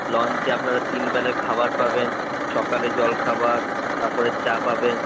লঞ্চে আপনারা তিন বেলা খাবার পাবেন সকালে জলখাবার তার পরে চা পাবেন